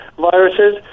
viruses